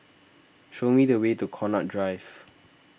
show me the way to Connaught Drive